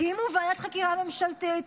תקימו ועדת חקירה ממשלתית.